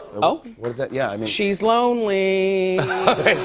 oh. what does that yeah, i mean she's lonely.